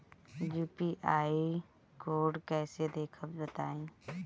UPI code कैसे देखब बताई?